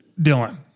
Dylan